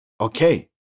okay